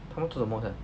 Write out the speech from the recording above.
他们做什么的 sia